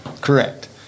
correct